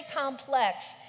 complex